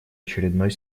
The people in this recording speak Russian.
очередной